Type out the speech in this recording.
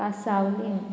कांसावले